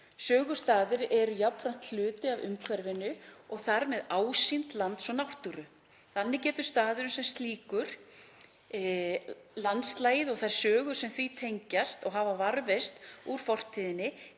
Sögustaðir eru jafnframt hluti af umhverfinu og þar með ásýnd lands og náttúru. Þannig getur staðurinn sem slíkur, landslagið og þær sögur sem því tengjast og hafa varðveist úr fortíðinni,